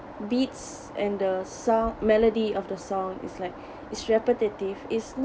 beats and the sound melody of the song is like it's repetitive its not